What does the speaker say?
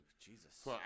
Jesus